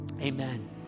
Amen